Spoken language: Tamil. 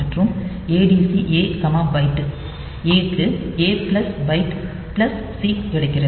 மற்றும் ADC A பைட் A க்கு A plus byte plus C கிடைக்கிறது